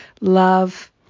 love